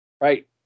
Right